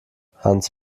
hans